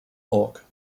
hawke